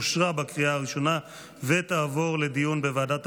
אושרה בקריאה הראשונה ותעבור לדיון בוועדת